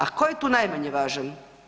A tko je tu najmanje važan?